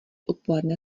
odpoledne